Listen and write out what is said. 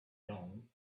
young